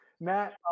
matt